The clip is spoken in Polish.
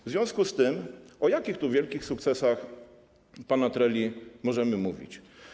W związku z tym o jakich tu wielkich sukcesach pana Treli możemy mówić?